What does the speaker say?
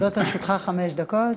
עומדות לרשותך חמש דקות.